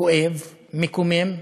כואב, מקומם.